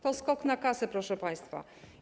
To skok na kasę, proszę państwa.